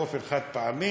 באופן חד-פעמי,